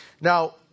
Now